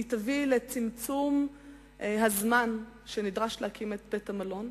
היא תביא לצמצום הזמן שנדרש להקים בית-מלון.